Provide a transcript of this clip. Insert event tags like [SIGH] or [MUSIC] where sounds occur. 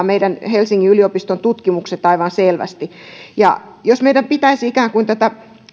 [UNINTELLIGIBLE] meidän helsingin yliopiston tutkimukset aivan selvästi jos meidän pitäisi ikään kuin tätä